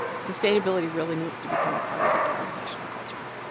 sustainability really needs to become a part of the organizational culture.